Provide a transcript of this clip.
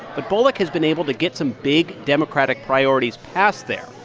but bullock has been able to get some big democratic priorities passed there,